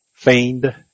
Feigned